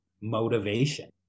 motivation